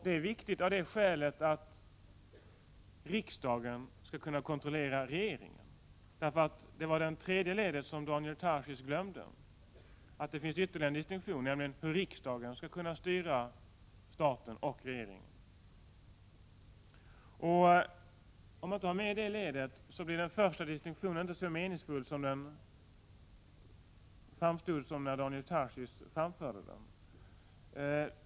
Det är viktigt av det skälet att riksdagen skall kunna kontrollera regeringen. Daniel Tarschys glömde det tredje ledet, nämligen hur riksdagen skall kunna styra staten och regeringen. Om man inte har med det ledet, blir den första distinktionen inte så meningsfull som den framstod när Daniel Tarschys framförde den.